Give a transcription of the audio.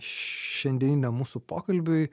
šiandieniniam mūsų pokalbiui